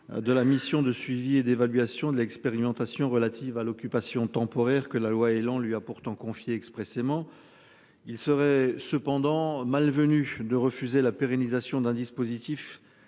de la mission de suivi et d'évaluation de l'expérimentation relatives à l'occupation temporaire que la loi Elan lui a pourtant confié expressément. Il serait cependant malvenu de refuser la pérennisation d'un dispositif